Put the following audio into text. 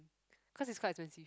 cause it's quite expensive